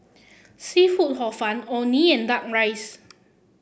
seafood Hor Fun Orh Nee and duck rice